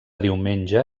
diumenge